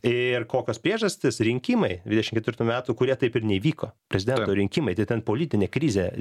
ir kokios priežastys rinkimai dvidešimt ketvirtų metų kurie taip ir neįvyko prezidento rinkimai tai ten politinė krizė